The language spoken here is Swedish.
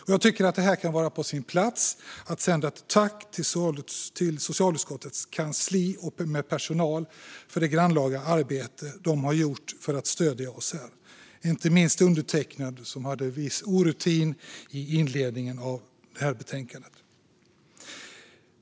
Det kan här vara på sin plats att sända ett tack till socialutskottets kansli med personal för det grannlaga arbete de har gjort för att stödja oss, inte minst när det gäller undertecknad som saknade rutin i inledningen av arbetet med detta betänkande.